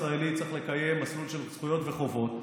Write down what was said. ישראלי צריך לקיים מסלול של זכויות וחובות,